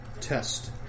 Test